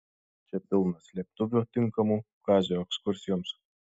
čia pilna slėptuvių tinkamų kazio ekskursijoms